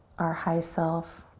our high self,